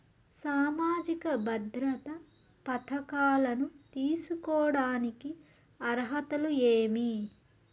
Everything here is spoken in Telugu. సామాజిక భద్రత పథకాలను తీసుకోడానికి అర్హతలు ఏమి?